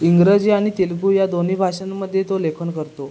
इंग्रजी आणि तेलगू या दोन्ही भाषांमध्ये तो लेखन करतो